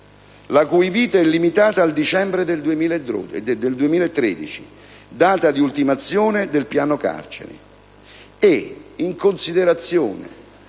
la cui vita è limitata al dicembre 2013, data di ultimazione del piano carceri